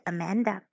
Amanda